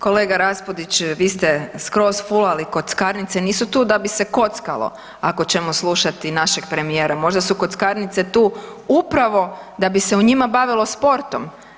Kolega Raspudić vi ste skroz fulali, kockarnice nisu tu da bi se kockalo ako ćemo slušati našeg premijera, možda su kockarnice tu upravo da bi se u njima bavilo sportom.